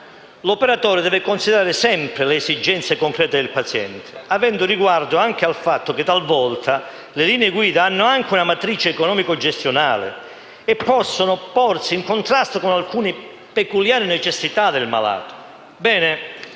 l'operatore deve considerare sempre le esigenze concrete del paziente, avendo riguardo al fatto che talvolta le linee guida hanno una matrice economico-gestionale e possono porsi in contrasto con alcune peculiari necessità del malato.